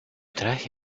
traje